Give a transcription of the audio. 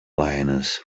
lioness